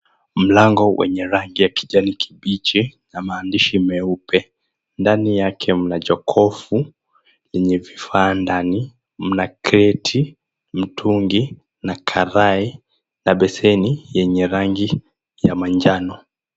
Mlango wenye rangi ya kijani kibichi na maandishi meupe. Ndani yake mna jokofu yenye vifaa ndani. Mna kreti, mtungi na karai na beseni yenye rangi ya manjano.